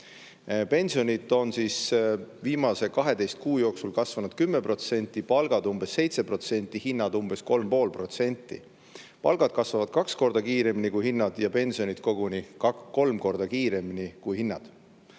Pensionid on viimase 12 kuu jooksul kasvanud 10%, palgad umbes 7%, hinnad umbes 3,5%. Palgad kasvavad kaks korda kiiremini kui hinnad ja pensionid koguni kolm korda kiiremini kui hinnad. Kui